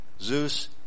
Zeus